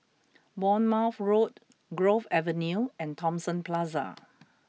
Bournemouth Road Grove Avenue and Thomson Plaza